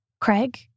Craig